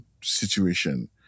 situation